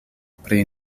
pri